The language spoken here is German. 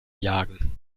jagen